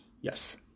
Yes